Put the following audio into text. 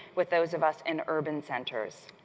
with those of us in urban centers.